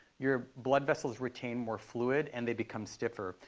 your blood vessels retain more fluid. and they become stiffer.